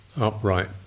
upright